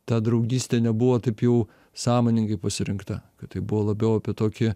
ta draugystė nebuvo taip jau sąmoningai pasirinkta kad tai buvo labiau apie tokį